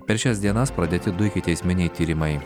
per šias dienas pradėti du ikiteisminiai tyrimai